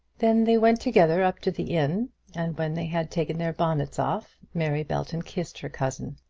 then they went together up to the inn and when they had taken their bonnets off, mary belton kissed her cousin.